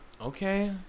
Okay